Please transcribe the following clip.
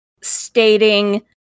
stating